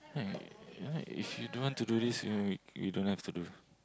right ya if you don't want to do this you you don't have to do